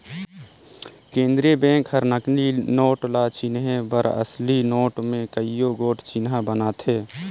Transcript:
केंद्रीय बेंक हर नकली नोट ल चिनहे बर असली नोट में कइयो गोट चिन्हा बनाथे